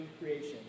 creation